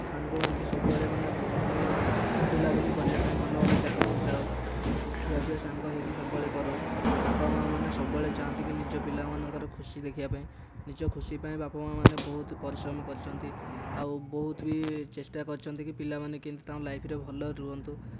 ସାଙ୍ଗ ହୋଇକି ସବୁବେଳେ ମାନେ ମାନେ ବୁଲାବୁଲି କରିବା ପାଇଁ ଭଲ ଭଲ ଜାଗାକୁ ଯାଉ ଆଉ ଖିଆପିଆ ସାଙ୍ଗ ହୋଇକି ସବୁବେଳେ କରୁ ବାପା ମା'ମାନେ ସବୁବେଳେ ଚାହାନ୍ତି କି ନିଜ ପିଲାମାନଙ୍କର ଖୁସି ଦେଖିବା ପାଇଁ ନିଜ ଖୁସି ପାଇଁ ବାପା ମା'ମାନେ ବହୁତ ପରିଶ୍ରମ କରିଛନ୍ତି ଆଉ ବହୁତ ବି ଚେଷ୍ଟା କରିଛନ୍ତି କି ପିଲାମାନେ କେମିତି ତାଙ୍କ ଲାଇଫ୍ରେ ଭଲରେ ରୁହନ୍ତୁ